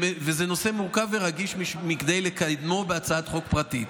וזה נושא מורכב ורגיש מכדי לקיימו בהצעת חוק פרטית.